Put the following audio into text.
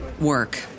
work